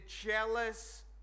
jealous